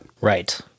Right